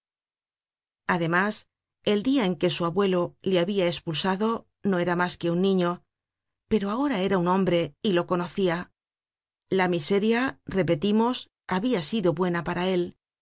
además el dia en que su abuelo le habia espulsado no era mas que un niño pero ahora era un hombre y lo conocia la miseria repetimos habia sido buena para él la